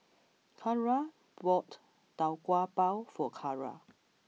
Kyara bought Tau Kwa Pau for Kyara